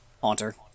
Haunter